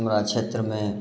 हमरा क्षेत्रमे